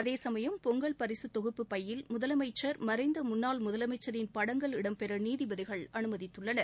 அதேசமயம் பொங்கல் பரிசு தொகுப்பு பையில் முதலமைச்சர் மறைந்த முன்னாள் முதலமைச்சரின் படங்கள் இடம்பெற நீதிபதிகள் அனுமதித்துள்ளனர்